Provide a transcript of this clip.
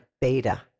beta